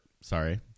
sorry